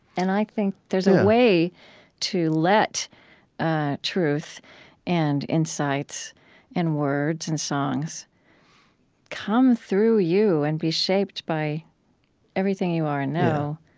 and i think there's a way to let ah truth and insights and words and songs come through you and be shaped by everything you are and know,